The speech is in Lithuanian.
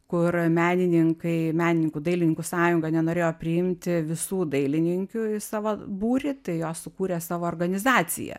kur menininkai menininkų dailininkų sąjunga nenorėjo priimti visų dailininkių į savo būrį tai jos sukūrė savo organizaciją